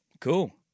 Cool